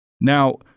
Now